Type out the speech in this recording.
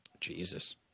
Jesus